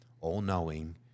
all-knowing